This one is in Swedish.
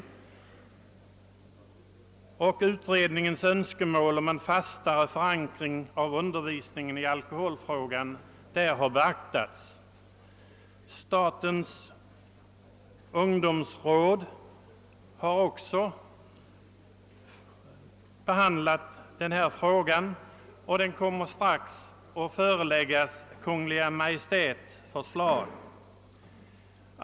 Utredningens önskemål om en fastare förankring av undervisningen i alkoholfrågan har beaktats där. Statens ungdomsråd har också behandlat denna fråga och kommer snart att förelägga Kungl. Maj:t förslag.